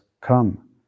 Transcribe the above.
come